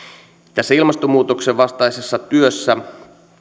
tässä ilmastonmuutoksen vastaisessa työssä